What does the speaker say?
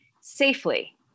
safely